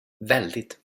väldigt